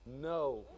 No